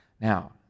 Now